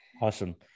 Awesome